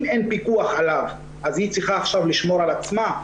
אם אין פיקוח עליו היא צריכה עכשיו לשמור על עצמה?